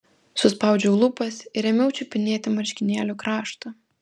suspaudžiau lūpas ir ėmiau čiupinėti marškinėlių kraštą